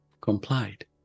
complied